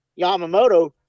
Yamamoto